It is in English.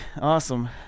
Awesome